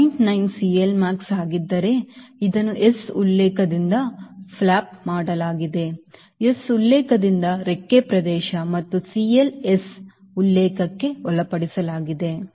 9 CLmax ಆಗಿದ್ದರೆ ಇದನ್ನು S ಉಲ್ಲೇಖದಿಂದ ಫ್ಲಾಪ್ ಮಾಡಲಾಗಿದೆ S ಉಲ್ಲೇಖದಿಂದ ರೆಕ್ಕೆ ಪ್ರದೇಶ ಮತ್ತು Cl S ಉಲ್ಲೇಖಕ್ಕೆ ಒಳಪಡಿಸಲಾಗಿದೆ